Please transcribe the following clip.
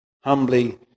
humbly